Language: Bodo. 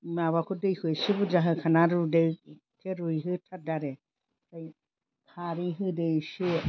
माबाखौ दैखौ एसे बुरजा होखानानै रुदो एख्खे रुइहोथारदो आरो ओमफ्राय खारै होदो एसे